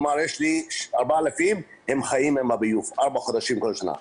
יש לי 4,000 שחיים עם הביוב ארבעה חודשים כל שנה.